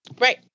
Right